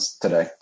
today